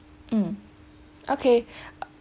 mm okay